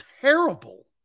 terrible